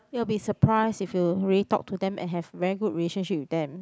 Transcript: you will be surprised if you really talk to them and have very good relationship with them